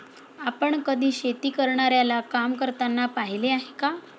आपण कधी शेती करणाऱ्याला काम करताना पाहिले आहे का?